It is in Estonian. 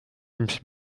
ilmselt